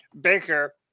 Baker